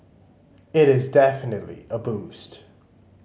it is definitely a boost